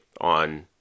on